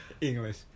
English